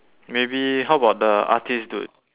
maybe how about the artist dude